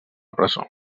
presó